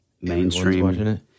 mainstream